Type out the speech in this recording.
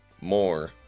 more